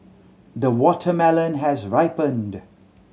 the watermelon has ripened